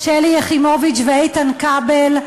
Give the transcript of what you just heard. שלי יחימוביץ ואיתן כבל,